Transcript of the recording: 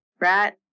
Rat